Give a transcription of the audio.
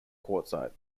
quartzite